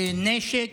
בנשק.